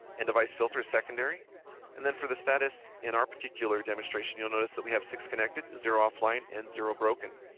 and device filter is secondary and then for the status in our particular demonstration, you will notice that we have six connected, zero of-line, and zero broken.